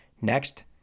Next